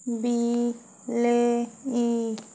ବିଲେଇ